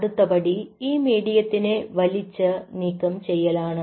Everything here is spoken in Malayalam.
അടുത്ത പടി ഈ മീഡിയത്തിനെ വലിച്ച് നീക്കം ചെയ്യലാണ്